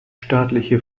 staatliche